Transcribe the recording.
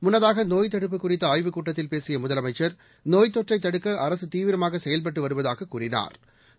முன்னதாக நோய் தடுப்பு குறித்த ஆய்வுக் கூட்டத்தில் பேசிய முதலமைச்ச் நோய் தொற்றை தடுக்க அரசு தீவிரமாக செயல்பட்டு வருவதாக கூறினாா்